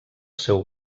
seu